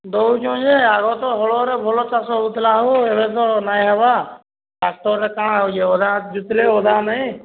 ଦେଉଁଛୁ ଯେ ଆଗ ତ ହଳରେ ଭଲ ଚାଷ ହେଉଥିଲା ହୋ ଏବେ ତ ନାହିଁ ହେବା ଟ୍ରାକଟରରେ କାଣା ଆଉ ଇଏ ଅଧା ଜୋତିଲେ ଅଧା ନାହିଁ